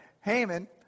Haman